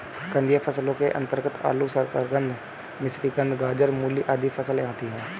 कंदीय फसलों के अंतर्गत आलू, शकरकंद, मिश्रीकंद, गाजर, मूली आदि फसलें आती हैं